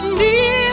need